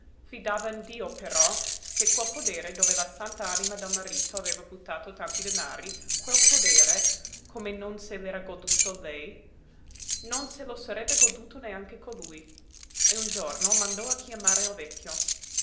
fidava in dio però che quel podere dove la sant'anima del marito aveva buttato tanti denari quel podere come non se l'era goduto lei non se lo sarebbe goduto neanche colui e un giorno mandò a chiamare il vecchio